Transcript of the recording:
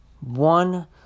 One